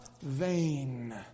vain